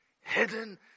Hidden